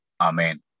Amen